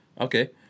okay